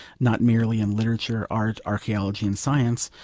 not merely in literature, art, archaeology, and science,